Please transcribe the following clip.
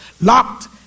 locked